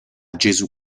gesù